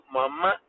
Mama